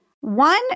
One